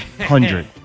hundred